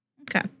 Okay